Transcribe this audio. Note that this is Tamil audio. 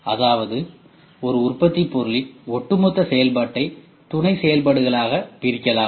அதாவது ஒரு உற்பத்தி பொருளின் ஒட்டுமொத்த செயல்பாட்டை துணை செயல்பாடுகளாக பிரிக்கலாம்